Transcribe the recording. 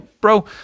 bro